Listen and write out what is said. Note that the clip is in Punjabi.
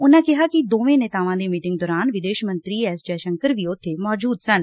ਉਨਾਂ ਕਿਹਾ ਕਿ ਦੋਵੇਂ ਨੇਤਾਵਾਂ ਦੀ ਮੀਟਿੰਗ ਦੌਰਾਨ ਵਿਦੇਸ਼ ਮੰਤਰੀ ਐਸ ਜੈਸ਼ੰਕਰ ਵੀ ਉਬੇ ਮੌਜੁਦ ਸਨ